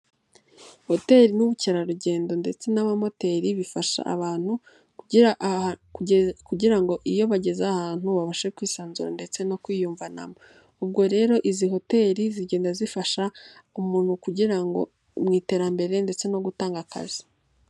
Hoteli n'ubukerarugendo ndetse n'amamoteri bifasha abantu kugira ngo iyo bageze ahantu babashe kwisanzura ndetse no kwiyumvanamo, ubwo rero izi hoteli zigenda zifasha umuntu kugira ngo mu iterambere ndetse no gutanga akazi.